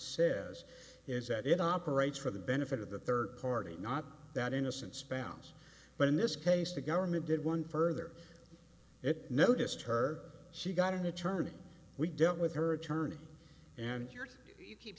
says is that it operates for the benefit of the third party not that innocent spouse but in this case the government did one further it noticed her she got an attorney we dealt with her attorney and you